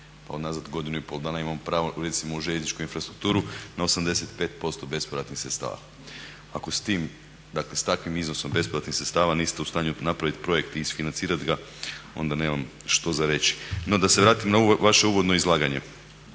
pa unazad godinu i pol dana imamo pravo recimo u željezničkoj infrastrukturi na 85% bespovratnih sredstava. Ako s takvim iznosom bespovratnih sredstava niste u stanju napraviti projekt i isfinancirat ga onda nemam što za reći. No da s vratim na ovo vaše uvodno izlaganje.